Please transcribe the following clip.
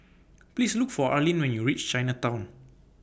Please Look For Arlene when YOU REACH Chinatown